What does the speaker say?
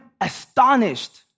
astonished